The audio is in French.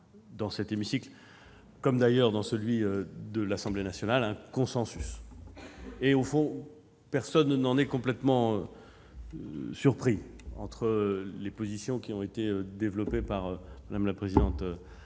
dans cet hémicycle, comme dans celui de l'Assemblée nationale, un consensus. Au fond, personne n'en est complètement surpris : entre les positions qui ont été développées par Mme la présidente